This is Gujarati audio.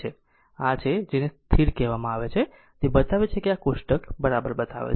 તેથી તે આ છે જેને આ સ્થિર રહે છે તે બતાવે છે કે આ કોષ્ટક બરાબર બતાવે છે